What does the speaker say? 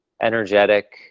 energetic